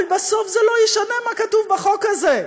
אבל בסוף זה לא ישנה מה כתוב בחוק הזה.